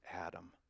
Adam